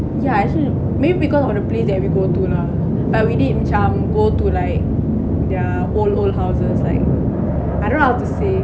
yeah actually maybe because of the place that we go to lah but we did macam go to like their old old houses like I don't know how to say